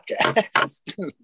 podcast